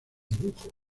dibujo